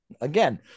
Again